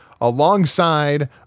alongside